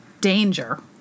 Danger